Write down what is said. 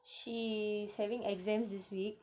she's having exams this week